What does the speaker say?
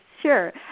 sure